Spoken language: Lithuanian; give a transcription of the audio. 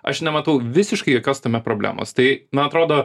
aš nematau visiškai jokios tame problemos tai na atrodo